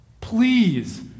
please